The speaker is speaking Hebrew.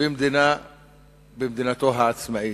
במדינתו העצמאית.